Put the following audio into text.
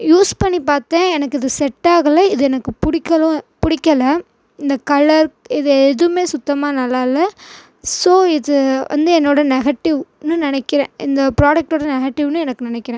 use பண்ணி பார்த்தேன் எனக்கு இது செட்டாகல இது எனக்கு பிடிக்கலொம் பிடிக்கல இந்த கலர் இது எதுவுமே சுத்தமாக நல்லா இல்லை ஸோ இது வந்து என்னோட நெகட்டிவ் இன்னுன்னு நினைக்கிறன் இந்த ப்ராடக்ட்டோட நெகடிவ்வுனு எனக்கு நினைக்கிறன்